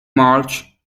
march